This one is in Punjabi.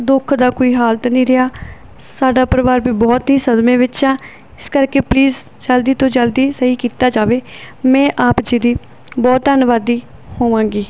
ਦੁੱਖ ਦਾ ਕੋਈ ਹਾਲਤ ਨਹੀਂ ਰਿਹਾ ਸਾਡਾ ਪਰਿਵਾਰ ਵੀ ਬਹੁਤ ਹੀ ਸਦਮੇ ਵਿੱਚ ਆ ਇਸ ਕਰਕੇ ਪਲੀਜ਼ ਜਲਦੀ ਤੋਂ ਜਲਦੀ ਸਹੀ ਕੀਤਾ ਜਾਵੇ ਮੈਂ ਆਪ ਜੀ ਦੀ ਬਹੁਤ ਧੰਨਵਾਦੀ ਹੋਵਾਂਗੀ